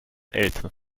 eltern